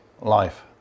life